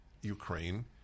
Ukraine